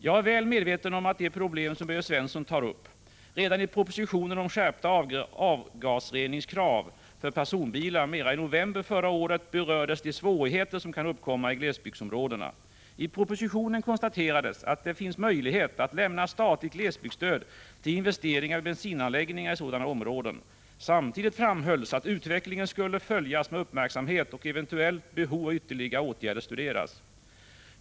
Jag är väl medveten om de problem som Börje Stensson tar upp. Redan i propositionen om skärpta avsgasreningskrav för personbilar m.m. i november förra året berördes de svårigheter som kan uppkomma i glesbygdsområ dena. I propositionen konstaterades att det finns möjlighet att lämna statligt glesbygdsstöd till investeringar vid bensinanläggningar i sådana områden. Samtidigt framhölls att utvecklingen skulle följas med uppmärksamhet och eventuellt behov av ytterligare åtgärder studeras.